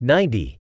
Ninety